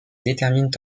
déterminent